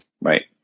Right